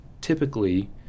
typically